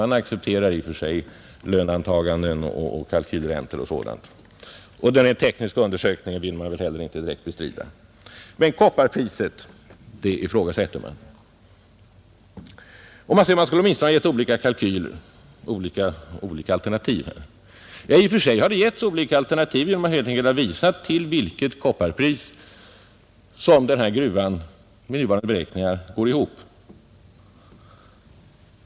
Man accepterar i och för sig löneantaganden och kalkylräntor och sådant, och den rent tekniska undersökningen vill man väl heller inte direkt bestrida. Men kopparpriset ifrågasätter man och säger att det skulle åtminstone ha lämnats olika kalkyler, olika alternativ. Ja, i och för sig har det getts olika alternativ genom att man helt enkelt har visat till vilket kopparpris som den här gruvan med nuvarande beräkningar går ihop.